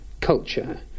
culture